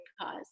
cause